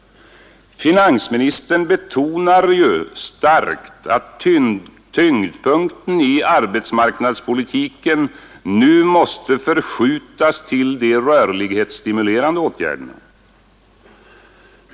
Finansministern betonar sålunda starkt att tyngdpunkten i arbetsmarknadspolitiken nu måste förskjutas till de rörlighetsstimulerande åtgärderna.